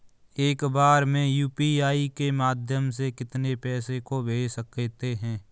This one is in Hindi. एक बार में यू.पी.आई के माध्यम से कितने पैसे को भेज सकते हैं?